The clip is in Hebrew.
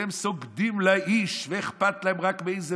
שהם סוגדים לאיש ושאכפת להם רק מאיזה